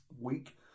week